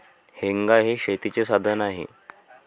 हेंगा हे शेतीचे साधन आहे